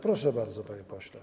Proszę bardzo, panie pośle.